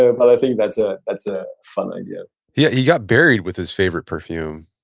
ah but i think that's a that's a fun idea yeah, he got buried with his favorite perfume,